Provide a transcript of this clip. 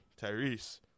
Tyrese